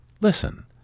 listen